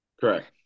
Correct